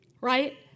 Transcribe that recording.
Right